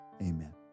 amen